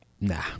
nah